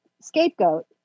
scapegoat